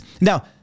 Now